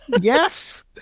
Yes